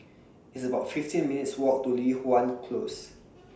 It's about fifteen minutes' Walk to Li Hwan Close